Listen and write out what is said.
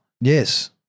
Yes